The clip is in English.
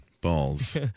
balls